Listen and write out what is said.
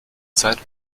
zeit